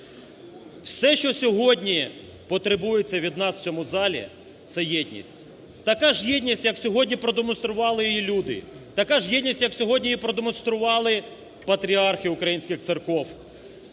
Все, що сьогодні потребується від нас у цьому залі, - це єдність. Така ж єдність, як сьогодні продемонстрували її люди, така ж єдність, як її сьогодні продемонстрували патріархи українських церков.